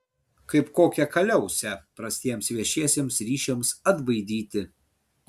kaip kokią kaliausę prastiems viešiesiems ryšiams atbaidyti